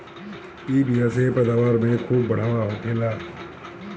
इ बिया से पैदावार में खूब बढ़ावा होखेला